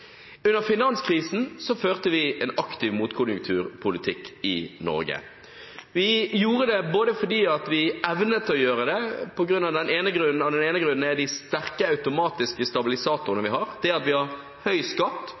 Under finanskrisen førte vi en aktiv motkonjunkturpolitikk i Norge. Vi gjorde det fordi vi evnet å gjøre det. Den ene grunnen er de sterke automatiske stabilisatorene vi har. Det at vi har høy skatt